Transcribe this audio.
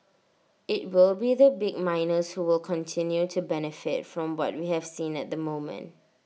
IT will be the big miners who will continue to benefit from what we have seen at the moment